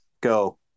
go